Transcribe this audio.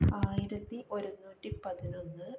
ആയിരത്തി ഒരുന്നൂറ്റി പതിനൊന്ന്